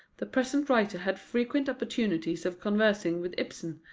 the present writer had frequent opportunities of conversing with ibsen,